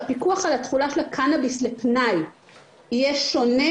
להפיכה של הקנאביס לפנאי למוצר צריכה,